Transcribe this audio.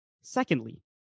Secondly